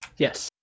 Yes